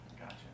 gotcha